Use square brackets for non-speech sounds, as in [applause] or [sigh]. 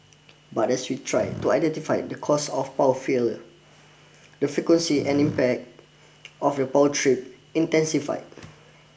but as we tried [noise] to identify the cause of **the frequency [noise] and impact of power trip intensified